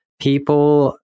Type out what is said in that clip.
people